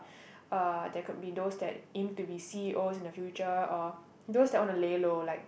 uh there could be those that aim to be c_e_o in the future or those who want to lay low like